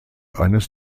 eines